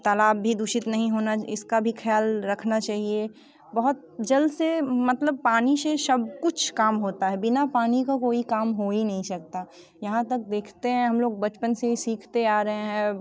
तालाब भी दूषित नहीं होना इसका भी ख्याल रखना चाहिए बहुत जल से मतलब पानी से सब कुछ काम होता है बिना पानी का कोई काम हो ही नहीं सकता यहाँ तक देखते हैं हम लोग बचपन से ही सीखते आ रहे हैं